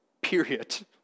Period